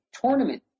tournament